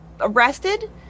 arrested